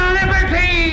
liberty